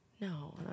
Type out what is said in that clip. no